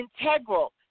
integral